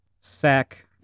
sack